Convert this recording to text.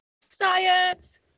Science